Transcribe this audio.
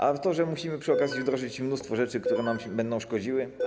A to, że musimy przy okazji wdrożyć mnóstwo rzeczy, które nam będą szkodziły?